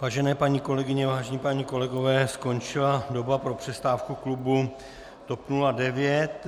Vážené paní kolegyně, vážení páni kolegové, skončila doba pro přestávku klubu TOP 09.